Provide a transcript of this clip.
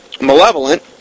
malevolent